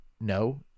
no